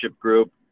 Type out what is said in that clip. group